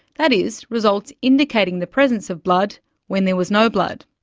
that is, results indicating the presence of blood when there was no blood.